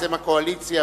בשם הקואליציה,